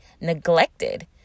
neglected